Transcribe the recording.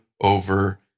over